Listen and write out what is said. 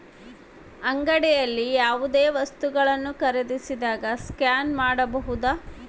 ಅಂಗಡಿಯಲ್ಲಿ ಯಾವುದೇ ವಸ್ತುಗಳನ್ನು ಖರೇದಿಸಿದಾಗ ಸ್ಕ್ಯಾನ್ ಮಾಡಬಹುದಾ?